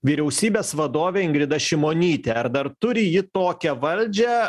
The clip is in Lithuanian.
vyriausybės vadovė ingrida šimonytė ar dar turi ji tokią valdžią